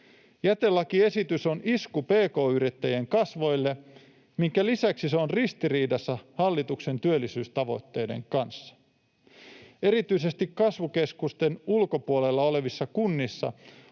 Jätelakiesitys on isku pk-yrittäjien kasvoille, minkä lisäksi se on ristiriidassa hallituksen työllisyystavoitteiden kanssa. Erityisesti kasvukeskusten ulkopuolella olevissa kunnissa